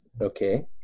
Okay